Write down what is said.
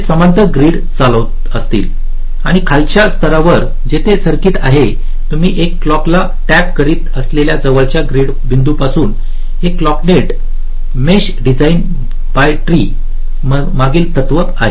ते समांतर ग्रीड चालवत असतील आणि खालच्या स्तरावर जिथे सर्किट आहे तुम्ही क्लॉक ला टॅप करीत असलेल्या जवळच्या ग्रीड बिंदूपासून हे clock net mesh driven by tree मागील तत्त्व आहे